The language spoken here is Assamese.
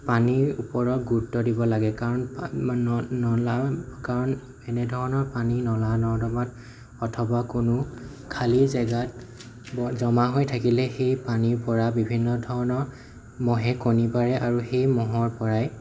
পানীৰ ওপৰত গুৰুত্ব দিব লাগে কাৰণ কাৰণ এনেধৰণৰ পানী নলা নৰ্দমাত অথবা কোনো খালি জেগাত জমা হৈ থাকিলে সেই পানীৰ পৰা বিভিন্ন ধৰণৰ মহে কণী পাৰে আৰু সেই মহৰ পৰাই